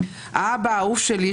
האבא האהוב שלי,